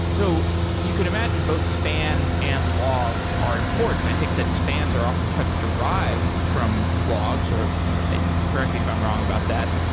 and so you can imagine both spans and logs are important. i think that spans are oftentimes derived from logs, or you can correct me if i'm wrong about that.